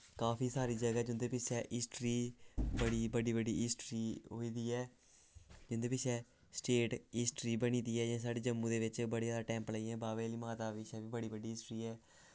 काफी सारी जगह् ऐ जिंदे पिच्छें हिस्टरी बड़ी बड्डी बड्डी हिस्टरी होई दी ऐ जिंदे पिच्छें स्टेट हिस्टरी बनी दी ऐ जियां साढ़े जम्मू दे बिच्च बड़े सारे टैंपल ऐ जियां बाह्वे आह्ली माता पिच्छें बी बड़ी बड्डी हिस्टरी ऐ